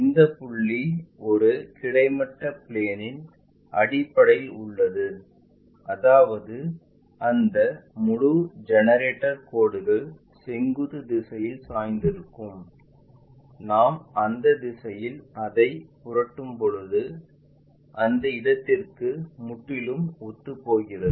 இந்த புள்ளி ஒரு கிடைமட்ட பிளேன்இல் அடித்தளத்தில் உள்ளது அதாவது அந்த முழு ஜெனரேட்டர் கோடுகள் செங்குத்து திசையில் சாய்ந்திருக்கும் நாம் அந்த திசையில் அதை புரட்டும்போது அந்த இடத்திற்கு முற்றிலும் ஒத்துப்போகிறது